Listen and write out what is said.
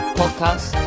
podcast